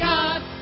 God